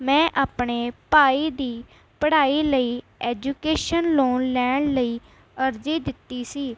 ਮੈਂ ਆਪਣੇ ਭਾਈ ਦੀ ਪੜ੍ਹਾਈ ਲਈ ਐਜੂਕੇਸ਼ਨ ਲੋਨ ਲੈਣ ਲਈ ਅਰਜ਼ੀ ਦਿੱਤੀ ਸੀ